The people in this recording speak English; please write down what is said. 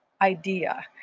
idea